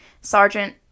Sergeant